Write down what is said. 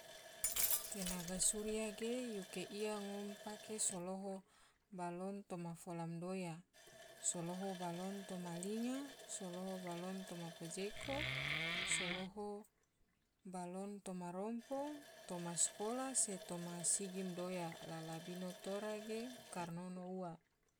Tenaga surya ge yuke iya ge ngone pake so loho balon toma fola madoya, so loho balon toma linga, so loho balon toma pajeko, so loho balon toma rompong, toma sakolah se toma sigi madoya la labino tora ge kornono ua.